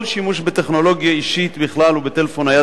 כל שימוש בטכנולוגיה אישית בכלל ובטלפון נייד